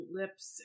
lips